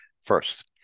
first